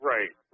Right